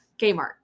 Kmart